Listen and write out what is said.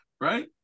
right